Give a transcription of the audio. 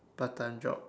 part time job